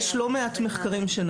אני חושבת שזה